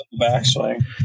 backswing